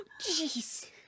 Jeez